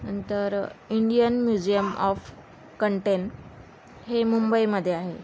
नंतर Indian museum of कंटेन हे मुंबईमध्ये आहे